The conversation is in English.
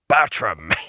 Bertram